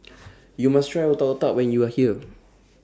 YOU must Try Otak Otak when YOU Are here